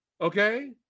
Okay